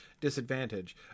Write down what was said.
disadvantage